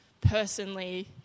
personally